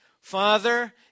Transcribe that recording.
Father